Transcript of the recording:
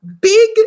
Big